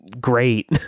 great